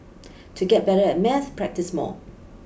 to get better at maths practise more